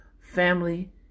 family